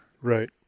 right